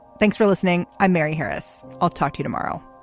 thanks for listening. i'm mary harris. i'll talk to you tomorrow